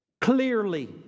clearly